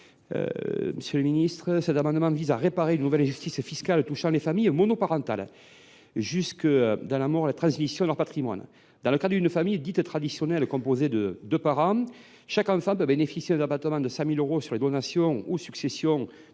M. Michel Masset. Cet amendement vise à réparer une nouvelle injustice fiscale touchant les familles monoparentales, jusque dans la mort et la transmission de leur patrimoine. Dans le cadre d’une famille dite traditionnelle et composée de deux parents, chaque enfant peut bénéficier d’un abattement de 100 000 euros sur les donations ou successions